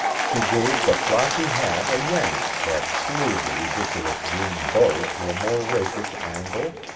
she gave the floppy hat a yank that slued the ridiculous green bow to a more rakish angle,